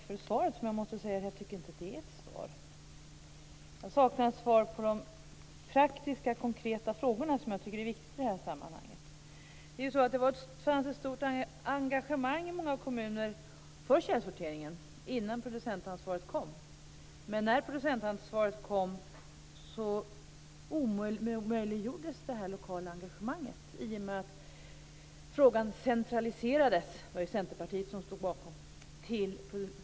Fru talman! Tack för det här svaret, som jag inte tycker är ett svar. Jag saknar svar på de praktiska och konkreta frågor som jag tycker är viktiga i det här sammanhanget. Det fanns ett stort engagemang i många kommuner för källsorteringen innan producentansvaret infördes, men när det infördes omöjliggjordes det lokala engagemanget. Det här centraliserades ju till materialbolagen; det var Centerpartiet som stod bakom det.